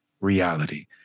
reality